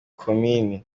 komini